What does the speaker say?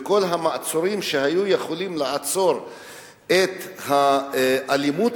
וכל המעצורים שהיו יכולים לעצור את האלימות